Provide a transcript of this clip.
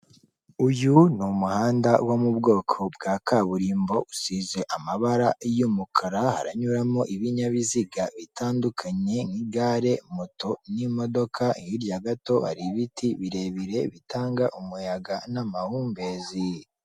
Uyu ni umuhanda uba mu bwoko bwa kaburimbo, usize amabara y'umukara, hayuramo ibinyabiziga bitandukanye nk'igare, moto n'imodoka, hirya gato hari ibiti birebire bitanga umuyaga n'amahumbezi.